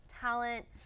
talent